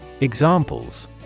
Examples